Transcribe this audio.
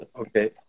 okay